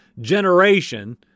generation